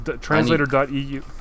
translator.eu